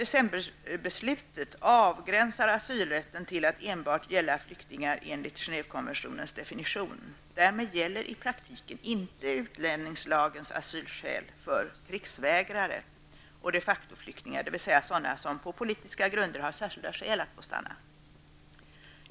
''Decemberbeslutet avgränsar asylrätten till att enbart gälla flyktingar enligt Genèvekonventionens definition. Därmed gäller i praktiken inte utlänningslagens asylskäl för krigsvägrare och de facto-flyktingar, det vill säga sådana som på politiska grunder har särskilda skäl att få stanna.